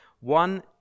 One